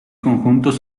conjuntos